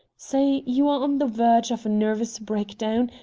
say you are on the verge of a nervous breakdown,